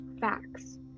facts